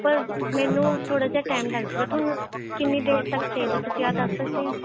ਪਰ ਮੈਨੂੰ ਥੋੜ੍ਹਾ ਜਿਹਾ ਟਾਈਮ ਲੱਗ ਜੂਗਾ ਤੁਹਾਨੂੰ ਕਿੰਨੀ ਦੇਰ ਤੱਕ ਚਾਹੀਦਾ ਤੁਸੀਂ ਇਹ ਦੱਸ ਸਕਦੇ ਹੈ